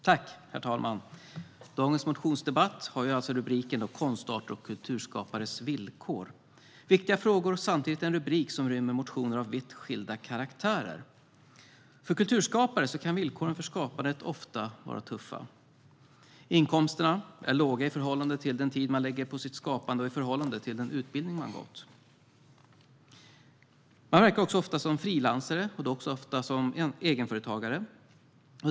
Herr talman! Dagens motionsdebatt har rubriken Konstarter och kulturskapares villkor. Det är viktiga frågor och samtidigt en rubrik under vilken det ryms motioner av vitt skilda karaktärer. För kulturskapare kan villkoren för skapandet ofta vara tuffa. Inkomsterna är låga i förhållande till den tid man lägger på sitt skapande och i förhållande till den utbildning man har gått. Man verkar också ofta som frilansare och då vanligen som egenföretagare.